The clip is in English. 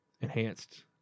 enhanced